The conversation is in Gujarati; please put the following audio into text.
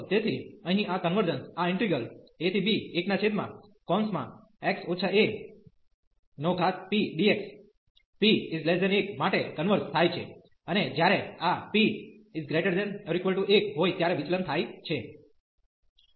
તેથી અહીં આ કન્વર્જન્સ આ ઈન્ટિગ્રલ ab1x apdx p1 માટે કન્વર્ઝ થાય છે અને જ્યારે આ p≥1 હોઈ ત્યારે વિચલન થાય છે